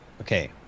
Okay